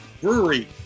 brewery